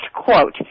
quote